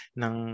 ng